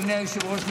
אדוני היושב-ראש,